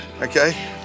Okay